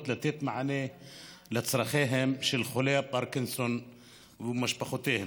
לתת מענה על צורכיהם של חולי הפרקינסון ומשפחותיהם.